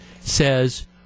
says